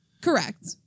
Correct